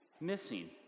missing